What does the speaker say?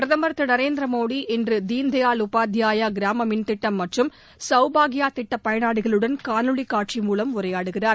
பிரதமர் திரு நரேந்திர மோடி இன்று தீன்தயாள் உபாத்யாயா கிராம மின் திட்டம் மற்றும் சௌபாக்யா திட்டப் பயனாளிகளுடன் காணொலி காட்சி மூலம் உரையாடுகிறார்